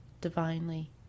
divinely